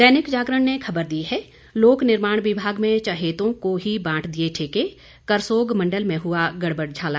दैनिक जागरण ने खबर दी है लोकनिर्माण विभाग में चहेतों को ही बांट दिए ठेके करसोग मंडल में हुआ गड़बड़ झाला